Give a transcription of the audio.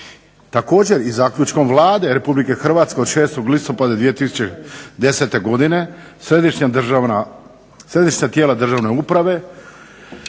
Također i zaključkom Vlade Republike Hrvatske od 6. listopada 2010. godine središnja tijela državne uprave